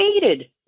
created